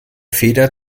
feder